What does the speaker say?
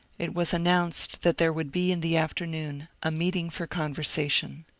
it was announced that there would be in the afternoon a meet ing for conversation.